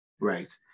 right